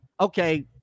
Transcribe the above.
okay